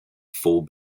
full